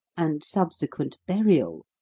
and subsequent burial,